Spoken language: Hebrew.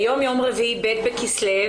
היום יום רביעי ב' בכסלו,